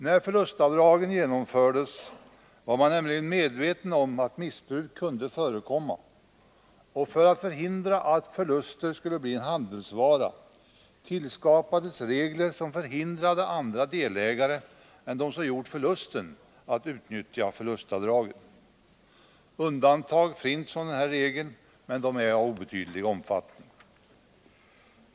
När förlustavdragen genomfördes var man nämligen medveten om att missbruk kunde förekomma, och för att förhindra att förluster skulle bli en handelsvara tillskapades regler som förhindrade andra delägare än dem som gjort förlusten att utnyttja förlustavdragen. Undantag från dessa regler finns, men de är av obetydlig omfattning.